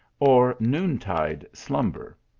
or noon-tide slumber.